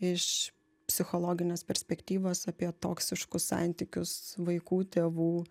iš psichologinės perspektyvos apie toksiškus santykius vaikų tėvų